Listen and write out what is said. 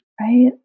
Right